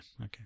Okay